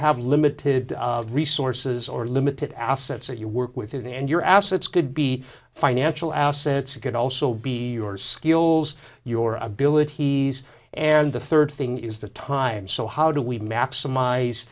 have limited resources or limited assets that you work within and your assets could be financial assets it could also be your skills your abilities and the third thing is the time so how do we ma